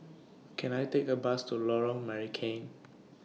Can I Take A Bus to Lorong Marican